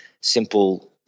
simple